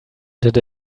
did